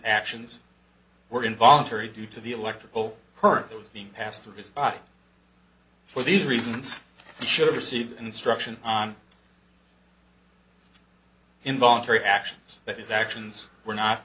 actions were involuntary due to the electrical current that was being passed through his for these reasons he should have received instruction on involuntary actions that his actions were not